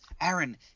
Aaron